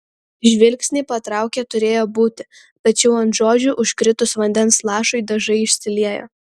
žvilgsnį patraukė turėjo būti tačiau ant žodžių užkritus vandens lašui dažai išsiliejo